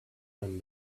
them